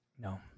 No